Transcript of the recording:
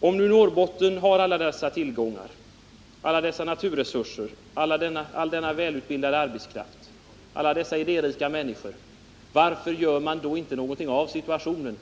Om nu Norrbotten har alla dessa tillgångar — alla dessa naturresurser, all denna välutbildade arbetskraft, dessa idérika människor — varför gör man då inte någonting åt situationen?